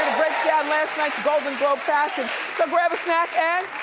yeah last's night's golden globe fashion. so grab a snack, and